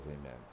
amen